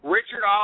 Richard